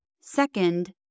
Second